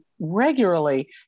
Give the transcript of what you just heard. regularly